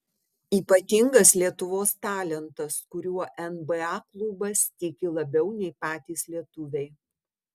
ypatingas lietuvos talentas kuriuo nba klubas tiki labiau nei patys lietuviai